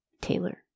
Taylor